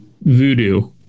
voodoo